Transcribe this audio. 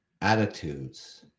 attitudes